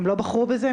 הם לא בחרו בזה,